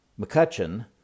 McCutcheon